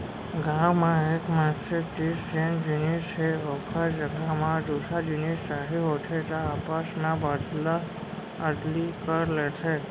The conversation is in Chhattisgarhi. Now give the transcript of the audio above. गाँव म एक मनसे तीर जेन जिनिस हे ओखर जघा म दूसर जिनिस चाही होथे त आपस मे अदला बदली कर लेथे